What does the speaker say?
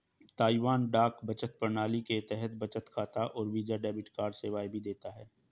Taiwan डाक बचत प्रणाली के तहत बचत खाता और वीजा डेबिट कार्ड सेवाएं भी देता है